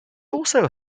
also